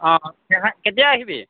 অ' কেতিয়া আহিবি